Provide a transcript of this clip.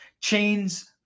chains